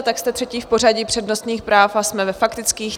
Tak jste třetí v pořadí přednostních práv, teď jsme ve faktických.